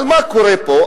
אבל מה קורה פה?